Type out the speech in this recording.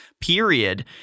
period